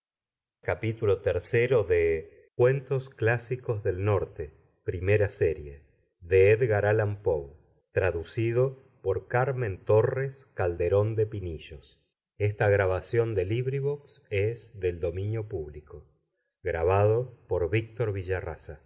gutenberg orglicense title cuentos clásicos del norte primera serie author edgar allan poe translator carmen torres calderón de pinillos